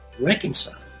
reconcile